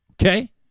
Okay